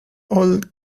old